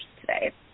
today